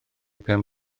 pen